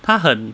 他很